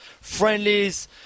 friendlies